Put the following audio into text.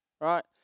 right